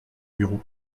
bureau